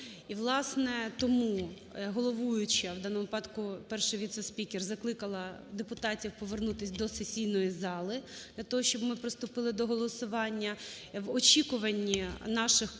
тому головуюча, в даному випадку перший віце-спікер, закликала депутатів повернутися до сесійної зали для того, щоб ми приступили до голосування. В очікуванні наших колег